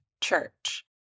church